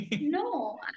no